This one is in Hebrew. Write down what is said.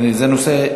כי זה נושא,